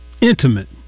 intimate